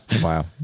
Wow